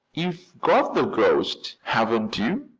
you've got the ghost, haven't you?